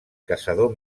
caçador